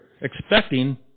expecting